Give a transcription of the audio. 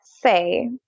say